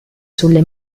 sulle